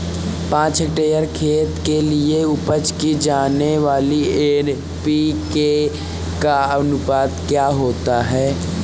पाँच हेक्टेयर खेत के लिए उपयोग की जाने वाली एन.पी.के का अनुपात क्या होता है?